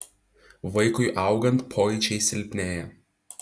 vaikui augant pojūčiai silpnėja